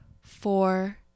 four